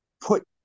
put